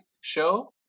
Show